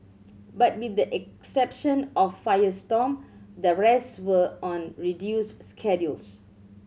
but with the exception of Firestorm the rest were on reduced schedules